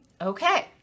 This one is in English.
okay